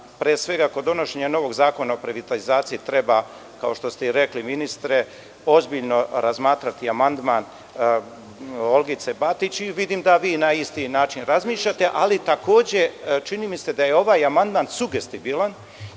pre svega, kod donošenja novog zakona o privatizaciji treba, kao što ste i rekli, ministre, ozbiljno razmatrati amandman Olgice Batić. Vidim da i vi na isti način razmišljate. Takođe, čini mi se da je ovaj amandman sugestibilan